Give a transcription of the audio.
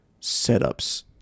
setups